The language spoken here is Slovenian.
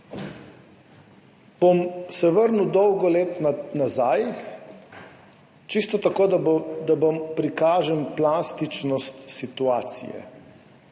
bom mnogo let nazaj, čisto tako, da vam prikažem plastičnost situacije.